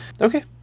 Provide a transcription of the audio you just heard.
Okay